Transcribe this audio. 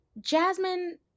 Jasmine